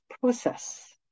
process